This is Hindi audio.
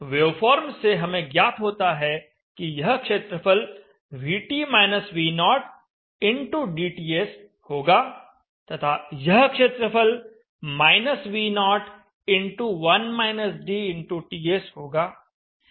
वेवफॉर्म से हमें ज्ञात होता है कि यह क्षेत्रफल VT V0 x dTS होगा तथा यह क्षेत्रफल V0xTS होगा